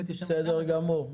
בסדר גמור.